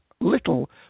little